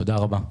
תודה רבה.